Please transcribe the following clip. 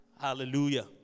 Hallelujah